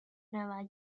nueva